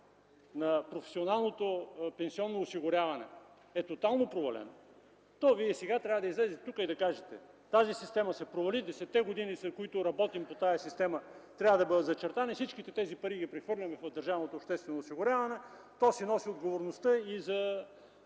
на професионалното пенсионно осигуряване е тотално провалена, то вие сега трябва да излезете тук и да кажете: „Тази система се провали. Десетте години, през които работим по тази система, трябва да бъдат зачертани. Всичките тези пари ги прехвърляме в държавното обществено осигуряване. То си носи отговорността за